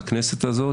את הכנסת הזאת,